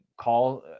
call